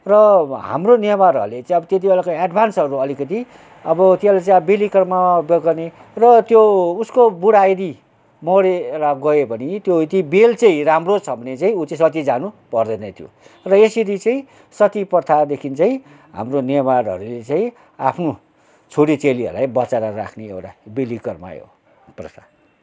र हाम्रो नेवारहरूले चाहिँ त्यति बेलाको एड्भान्सहरू अलिकति अब त्यसलाई चाहिँ बेलिकर्म गर्ने र त्यो उसको बुढा यदि मोरेर गयो भने त्यो बेल चाहिँ राम्रो छ भने ऊ चाहिँ सती जानु पर्दैन थियो र यसरी चाहिँ सती प्रथादेखि चाहिँ हाम्रो नेवारहरूले चाहिँ आफ्नो छोरी चेलीहरूलाई बचाएर राख्ने एउटा बेलिकर्मै यो प्रथा